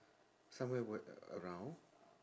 somewhere w~ around